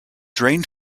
drain